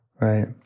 Right